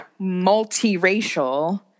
multiracial